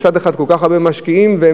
מצד אחד משקיעים כל כך הרבה,